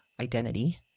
identity